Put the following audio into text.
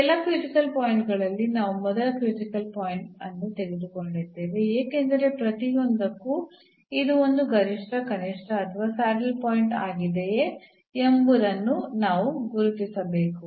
ಈ ಎಲ್ಲಾ critical point ಗಳಲ್ಲಿ ನಾವು ಮೊದಲ ಕ್ರಿಟಿಕಲ್ ಪಾಯಿಂಟ್ ಅನ್ನು ತೆಗೆದುಕೊಂಡಿದ್ದೇವೆ ಏಕೆಂದರೆ ಪ್ರತಿಯೊಂದಕ್ಕೂ ಇದು ಒಂದು ಗರಿಷ್ಠ ಕನಿಷ್ಠ ಅಥವಾ ಸ್ಯಾಡಲ್ ಪಾಯಿಂಟ್ ಆಗಿದೆಯೇ ಎಂಬುದನ್ನು ನಾವು ಗುರುತಿಸಬೇಕು